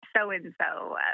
so-and-so